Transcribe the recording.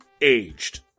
aged